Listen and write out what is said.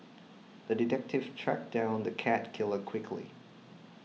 the detective tracked down the cat killer quickly